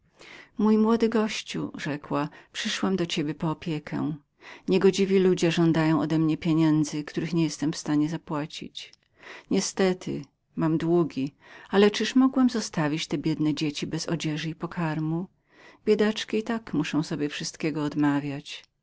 mój młody gościu rzekła przyszłam do ciebie po schronienie niegodziwi ludzie na górze żądają odemnie pieniędzy których nie jestem w stanie wypłacenia niestety mam długi ale czyliż mogłam zostawić te biedne dzieci bez odzieży i pokarmu biedaczki i tak muszą sobie wszystkiego odmawiać